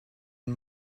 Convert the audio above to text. and